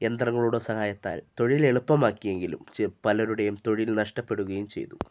യന്ത്രങ്ങളുടെ സഹായത്താൽ തൊഴിലെളുപ്പമാക്കിയെങ്കിലും പലരുടെയും തൊഴിൽ നഷ്ടപ്പെടുകയും ചെയ്തു